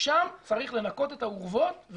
שם צריך לנקות את האורוות.